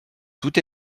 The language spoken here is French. tout